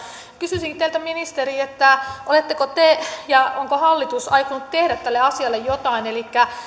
kysyisinkin teiltä ministeri oletteko te ja onko hallitus aikonut tehdä tälle asialle jotain elikkä